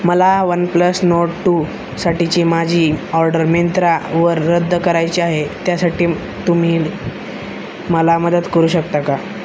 मला OnePlus Nord two साठीची माझी ऑर्डर मिंत्रावर रद्द करायची आहे त्यासाठी तुम्ही मला मदत करू शकता का